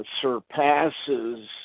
surpasses